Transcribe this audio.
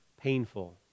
painful